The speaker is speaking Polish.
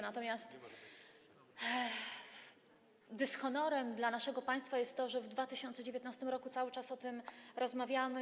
Natomiast dyshonorem dla naszego państwa jest to, że w 2018 r. cały czas o tym rozmawiamy.